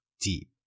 deep